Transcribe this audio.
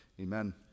Amen